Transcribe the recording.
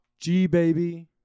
G-Baby